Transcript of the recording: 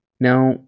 now